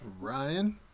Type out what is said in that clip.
Ryan